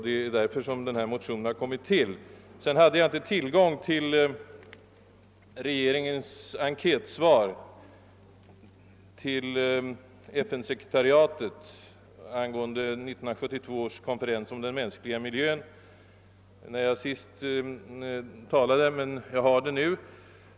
Det är också därför motionerna har kommit till. Jag hade inte tillgång till regeringens enkätsvar till FN:s sekretariat angående 1972 års konferens om den mänskliga miljön när jag senast talade, men jag har det nu.